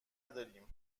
داریم